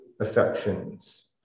affections